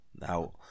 Now